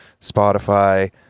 Spotify